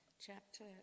chapter